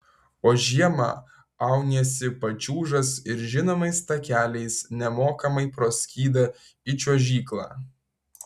o žiemą auniesi pačiūžas ir žinomais takeliais nemokamai pro skydą į čiuožyklą